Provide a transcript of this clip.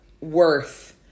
worth